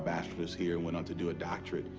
bachelor's here, went on to do a doctorate.